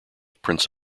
prince